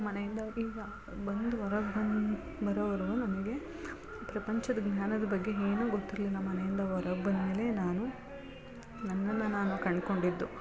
ಮನೆಯಿಂದ ಈಗ ಬಂದು ಹೊರಗೆ ಬಂದು ಬರೋವ್ರು ನನಗೆ ಪ್ರಪಂಚದ ಜ್ಞಾನದ ಬಗ್ಗೆ ಏನೂ ಗೊತ್ತಿರಲಿಲ್ಲ ಮನೆಯಿಂದ ಹೊರಗ್ ಬಂದ ಮೇಲೆ ನಾನು ನನ್ನನ್ನು ನಾನು ಕಂಡುಕೊಂಡಿದ್ದು